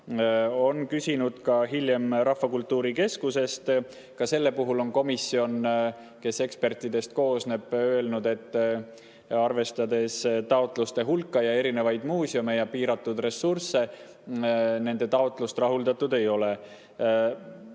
on küsinud ka hiljem rahvakultuuri keskusest. Ka sellel puhul on komisjon, kes koosneb ekspertidest, öelnud, et arvestades taotluste hulka, erinevaid muuseume ja piiratud ressursse, nende taotlust ei rahuldata.